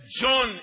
John